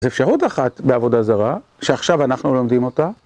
זה אפשרות אחת בעבודה זרה, שעכשיו אנחנו לומדים אותה.